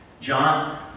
John